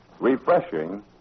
refreshing